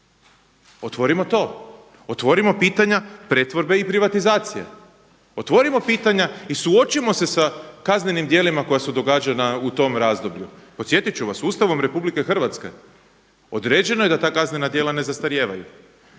Otvorimo to. Otvorimo pitanja pretvorbe i privatizacije, otvorimo pitanja, i suočimo se sa kaznenim djelima koja su događana u tom razdoblju. Podsjetit ću vas, Ustavom Republike Hrvatske određeno je da ta kaznena djela ne zastarijevaju.